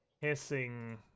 hissing